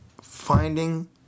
finding